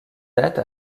date